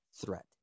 threat